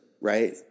right